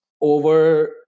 over